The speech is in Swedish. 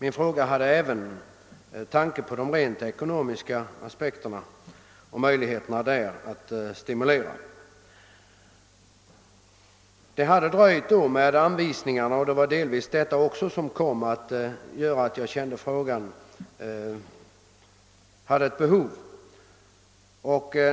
Min fråga tog även sikte på de rent ekonomiska möjligheterna att åstadkomma en sådan stimulans. Det hade då dröjt med anvisningarna, och delvis var det även detta som gjorde att jag fann ett behov av att ställa frågan.